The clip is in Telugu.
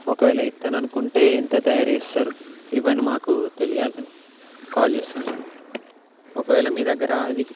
ఒకవేళ ఇస్తాననుకుంటే ఎంత తయారుచేస్తరు ఇవన్నీ మాకు తెలియాలని కాల్ చేస్తున్నాను ఒకవేళ మీ దగ్గర అది